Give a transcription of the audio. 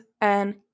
and-